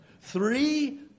Three